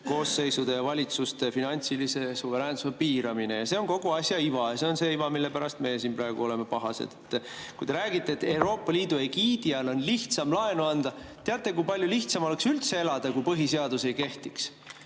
koosseisude ja valitsuste finantsilise suveräänsuse piiramine. See on kogu asja iva ja see on see iva, mille pärast meie siin praegu pahased oleme. Te räägite, et Euroopa Liidu egiidi all on lihtsam laenu anda. Teate, kui palju lihtsam oleks üldse elada, kui põhiseadus ei kehtiks?